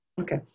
Okay